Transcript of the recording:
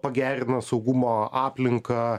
pagerina saugumo aplinką